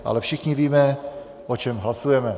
Ale všichni víme, o čem hlasujeme.